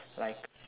like